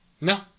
No